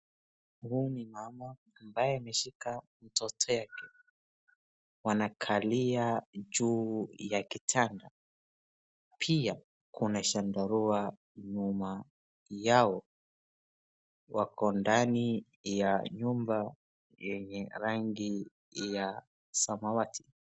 Huyu ni mama ambaye ameshika mtoto yake. Wanakalia juu ya kitanda pia kuna chandarua nyuma yao. Wako ndani ya nyumba yenye rangi ya samawati.